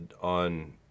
on